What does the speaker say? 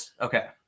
Okay